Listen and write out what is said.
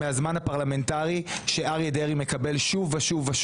מהזמן הפרלמנטרי שאריה דרעי מקבל שוב ושוב.